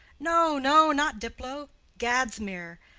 no, no not diplow gadsmere.